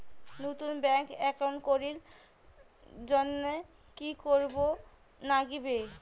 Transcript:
নতুন bank account করির জন্যে কি করিব নাগিবে?